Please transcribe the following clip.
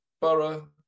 Borough